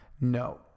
No